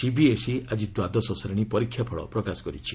CBSE ଆଜି ଦ୍ୱାଦଶ ଶ୍ରେଣୀ ପରୀକ୍ଷାଫଳ ପ୍ରକାଶ କରିଛି